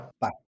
Bye